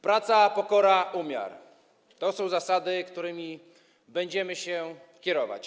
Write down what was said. Praca, pokora, umiar - to są zasady, którymi będziemy się kierować.